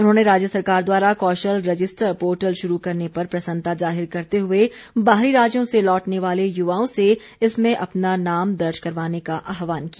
उन्होंने राज्य सरकार द्वारा कौशल रजिस्टर पोर्टल शुरू पर प्रसन्नता जाहिर करते हुए बाहरी राज्यों से लौटने वाले युवाओं से इसमें अपना नाम दर्ज करवाने का आहवान किया